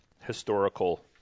historical